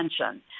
attention